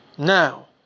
Now